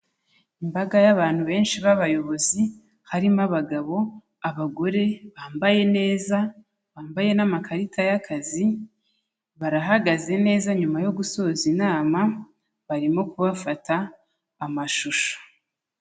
Imbaga y'abantu benshi b'abayobozi harimo abagabo, abagore, bambaye neza, bambaye n'amakarita y'akazi, barahagaze neza nyuma yo gusoza inama, barimo kubafata amashusho.